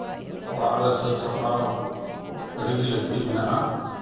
ᱚᱲᱟᱜ ᱨᱮ ᱥᱟᱹᱛ ᱥᱟᱯᱲᱟᱣ ᱟᱹᱰᱤᱜᱮ ᱞᱟᱹᱠᱛᱤ ᱢᱮᱱᱟᱜᱼᱟ